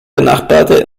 benachbarte